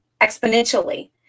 exponentially